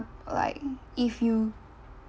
like if you